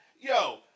yo